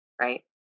right